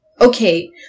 okay